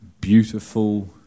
beautiful